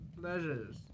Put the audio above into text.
Pleasures